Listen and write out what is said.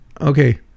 okay